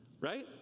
right